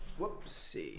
Whoopsie